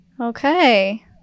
Okay